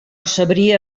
sabria